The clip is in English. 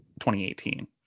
2018